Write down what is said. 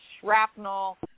shrapnel